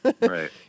Right